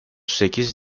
sekiz